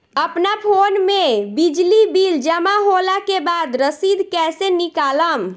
अपना फोन मे बिजली बिल जमा होला के बाद रसीद कैसे निकालम?